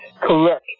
Correct